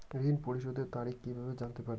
ঋণ পরিশোধের তারিখ কিভাবে জানতে পারি?